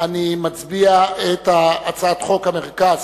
נצביע על הצעת חוק המרכז